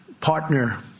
partner